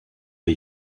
der